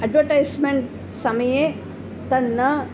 advertisement समये तन्न